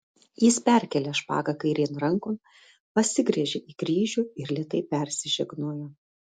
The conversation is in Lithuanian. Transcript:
jis perkėlė špagą kairėn rankon pasigręžė į kryžių ir lėtai persižegnojo